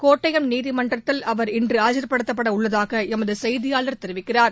கோட்டயம் நீதிமன்றத்தில் அவர் இன்று ஆஜர்படுத்தப்பட உள்ளதாக எமது செய்தியாளர் தெரிவிக்கிறார்